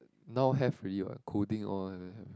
now have already what coding all